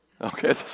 Okay